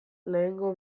lehenengo